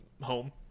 home